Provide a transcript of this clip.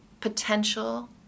potential